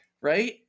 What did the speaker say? right